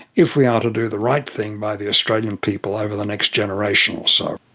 if we are to do the right thing by the australian people over the next generation or so.